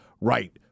right